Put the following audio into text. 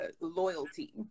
loyalty